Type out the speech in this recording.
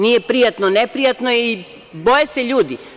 Nije prijatno, neprijatno je i boje se ljudi.